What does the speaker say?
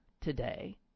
today